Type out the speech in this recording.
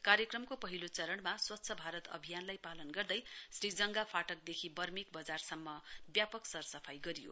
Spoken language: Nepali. कार्यक्रमको पहिला चरणमा स्वच्छ भारत अभियानलाई पालन गर्दै श्रीजंगा फाटकदेखि बर्मेक बजारसम्म व्यापक सरसफाई गरियो